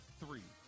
three